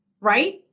right